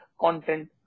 content